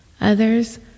Others